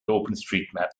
openstreetmap